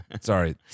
Sorry